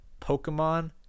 Pokemon